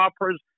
operas